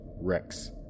Rex